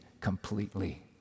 completely